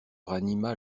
ranima